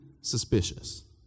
suspicious